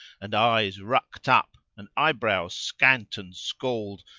and eyes rucked up, and eyebrows scant and scald,